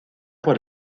por